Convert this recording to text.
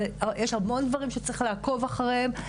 אבל יש המון דברים שצריך לעקוב אחריהם.